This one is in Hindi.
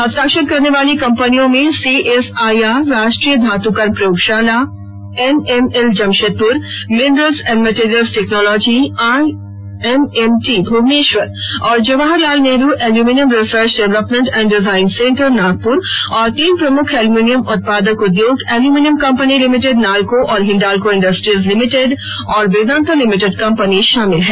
हस्ताक्षर करने वाली कंपनियों में सीएसआईआर राष्ट्रीय धातुकर्म प्रयोगशाला NML Jamshedpur minerals and materials technology IMMT Bhubaneswar और Jawaharlal Nehru aluminium research development and design centre Nagpur और तीन प्रमुख एल्यूमीनियम उत्पादक उद्योग एल्युमिनियम कंपनी लिमिटेड नालको और हिंडाल्को इंडस्ट्रीज लिमिटेड और वेदांता लिमिटेड कंपनी शामिल हैं